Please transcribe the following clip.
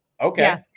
okay